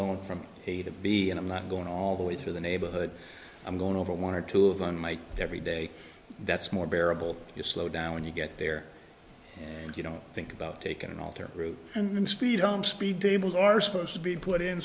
going from a to b and i'm not going all the way through the neighborhood i'm going over one or two of them make every day that's more bearable if you slow down when you get there and you don't think about taking an alternate route and the speed on speed tables are supposed to be put in